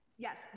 Yes